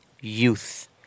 youth